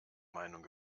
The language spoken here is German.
meinung